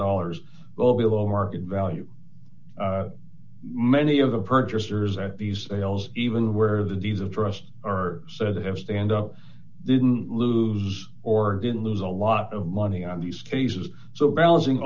dollars well below market value many of the purchasers at these sales even where the deeds of trust are said to have stand up didn't lose or didn't lose a lot of money on these cases so balancing